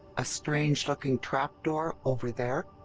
a strange looking trap door over there.